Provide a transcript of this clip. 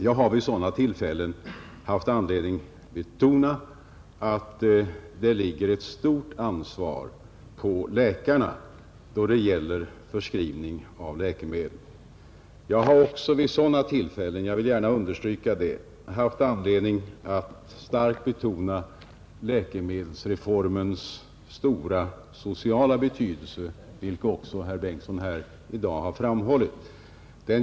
Jag har vid sådana tillfällen haft anledning att betona att det ligger ett stort ansvar på läkarna då det gäller förskrivning av läkemedel. Jag har också vid sådana tillfällen — jag vill gärna understryka det — haft anledning att starkt betona läkemedelsreformens stora sociala betydelse, vilken också herr Bengtsson har framhållit i dag.